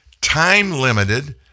time-limited